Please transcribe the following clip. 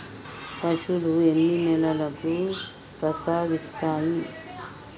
పశువులు ఎన్ని నెలలకు ప్రసవిస్తాయి?